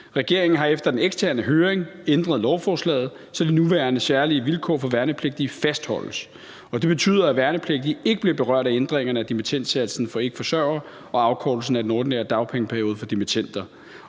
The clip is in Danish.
Regeringen har efter den eksterne høring ændret lovforslaget, så de nuværende særlige vilkår for værnepligtige fastholdes, og det betyder, at værnepligtige ikke bliver berørt af ændringerne af dimittendsatsen for ikkeforsørgere og afkortelsen af den ordinære dagpengeperiode for dimittender.